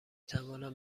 توانم